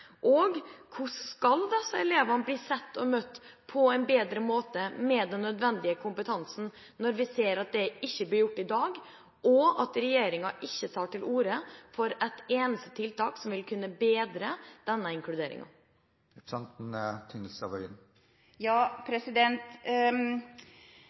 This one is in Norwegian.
Og: Hvordan skal disse elevene bli sett og møtt på en bedre måte med den nødvendige kompetansen, når vi ser at det ikke blir gjort i dag, og at regjeringa ikke tar til orde for et eneste tiltak som vil kunne bedre denne inkluderingen? Det er et godt spørsmål representanten